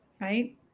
right